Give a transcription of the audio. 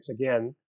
again